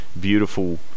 beautiful